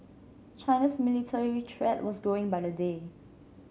China's military threat was growing by the day